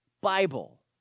Bible